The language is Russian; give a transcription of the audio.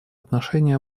отношении